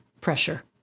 pressure